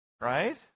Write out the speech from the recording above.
right